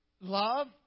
Love